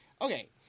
Okay